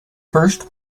first